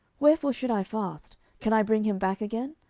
wherefore should i fast? can i bring him back again?